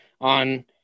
on